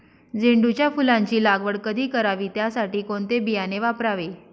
झेंडूच्या फुलांची लागवड कधी करावी? त्यासाठी कोणते बियाणे वापरावे?